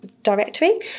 directory